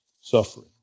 suffering